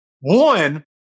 One